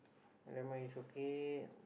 never mind it's okay